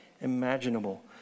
imaginable